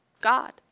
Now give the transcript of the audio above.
God